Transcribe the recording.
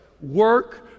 Work